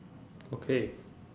okay